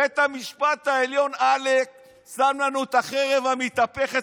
בית המשפט העליון עלק שם לנו את החרב המתהפכת,